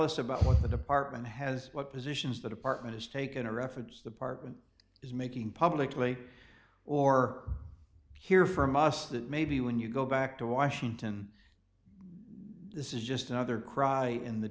us about what the department has what positions the department is taken or efforts the parchman is making publicly or hear from us that maybe when you go back to washington this is just another cry in the